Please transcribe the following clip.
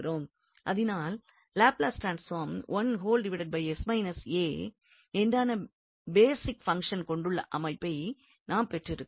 அதனால் Laplace transform என்றான basic function கொண்டுள்ள அமைப்பை நாம் பெற்றிருக்கிறோம்